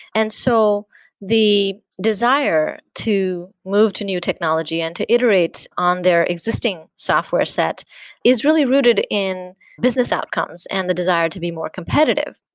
and so the desire to move to new technology and to iterate on their existing software set is really rooted in business outcomes and the desire to be more competitive.